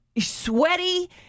sweaty